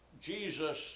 Jesus